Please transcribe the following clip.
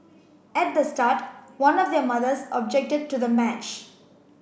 at the start one of their mothers objected to the match